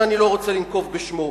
שאני לא רוצה לנקוב בשמו,